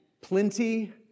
plenty